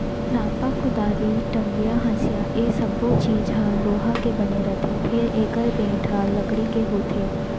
रांपा, कुदारी, टंगिया, हँसिया ए सब्बो चीज ह लोहा के बने रथे फेर एकर बेंट ह लकड़ी के होथे